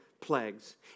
plagues